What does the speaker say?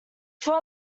two